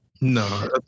No